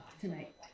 Tonight